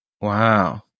Wow